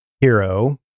hero